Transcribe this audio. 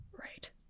Right